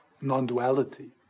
non-duality